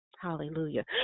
Hallelujah